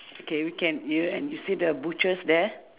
okay we can yeah and you see the butchers there